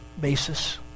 basis